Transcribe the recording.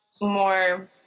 more